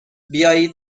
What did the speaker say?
بیایید